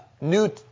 New